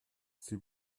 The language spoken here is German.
sie